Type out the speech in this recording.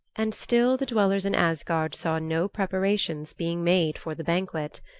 and still the dwellers in asgard saw no preparations being made for the banquet.